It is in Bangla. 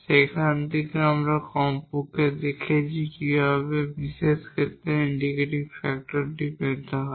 এবং সেখান থেকেও আমরা কমপক্ষে দেখেছি কীভাবে সেই বিশেষ ক্ষেত্রে ইন্টিগ্রেটিং ফ্যাক্টরটি পেতে হয়